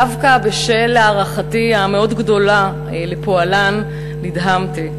דווקא בשל הערכתי המאוד-גדולה לפועלן, נדהמתי.